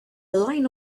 line